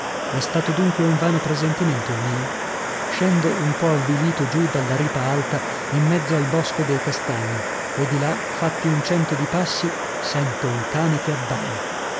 è stato dunque un vano presentimento il mio scendo un po avvilito giù dalla ripa alta in mezzo al bosco dei castagni e di là fatti un cento di passi sento un cane che abbaia